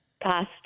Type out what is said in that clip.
past